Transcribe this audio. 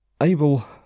Abel